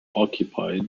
occupied